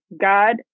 God